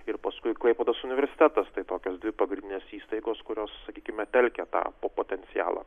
ir paskui klaipėdos universitetas tai tokios dvi pagrindinės įstaigos kurios sakykime telkė tą potencialą